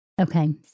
Okay